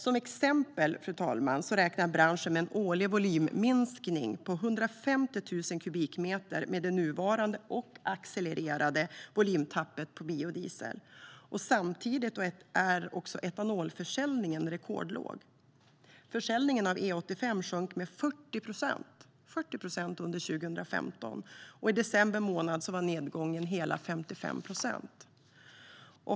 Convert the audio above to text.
Till exempel räknar branschen med en årlig volymminskning på 150 000 kubikmeter med det nuvarande och accelererande volymtappet på biodiesel. Samtidigt är etanolförsäljningen rekordlåg. Försäljningen av E85 sjönk med 40 procent under 2015. I december månad var nedgången hela 55 procent.